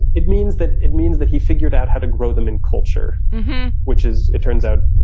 it means that it means that he figured out how to grow them in culture which is, it turns out,